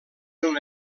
una